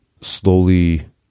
slowly